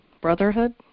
brotherhood